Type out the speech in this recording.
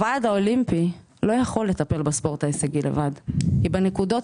לא יכול לטפל לבד בספורט ההישגי כי בנקודות